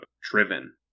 driven